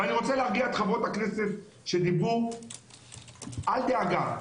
ואני רוצה להרגיע את חברות הכנסת שדיברו - אל דאגה,